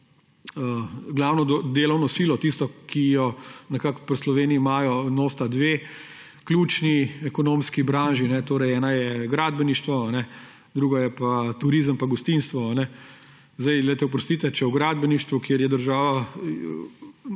glavno delovno silo, tisto, ki jo nekako pa v Sloveniji imajo, nosita dve ključni ekonomski branži; ena je gradbeništvo, druga je pa turizem pa gostinstvo. Oprostite, če v gradbeništvu, kjer je država